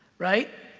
right,